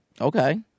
Okay